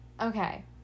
Okay